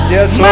Yes